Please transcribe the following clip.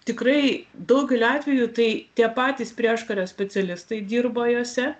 tikrai daugeliu atvejų tai tie patys prieškario specialistai dirbo juose